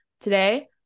today